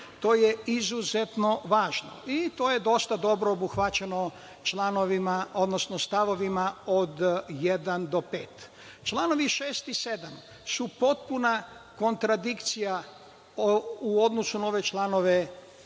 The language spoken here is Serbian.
To je izuzetno važno, i to je dosta dobro obuhvaćeno članovima, odnosno st. od 1. do 5.Članovi 6. i 7. su potpuna kontradikcija u odnosu na ove čl.